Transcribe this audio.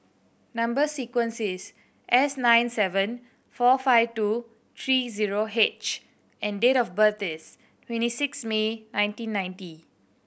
number sequence is S nine seven four five two three zero H and date of birth is twenty six May nineteen ninety